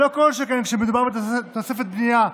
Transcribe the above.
כל שכן כשמדובר בתוספת בנייה,